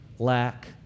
lack